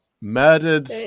murdered